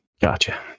gotcha